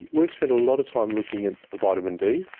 we've spent a lot of time looking at vitamin d,